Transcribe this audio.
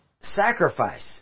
sacrifice